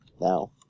now